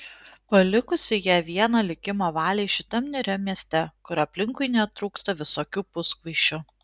palikusi ją vieną likimo valiai šitam niūriam mieste kur aplinkui netrūksta visokių puskvaišių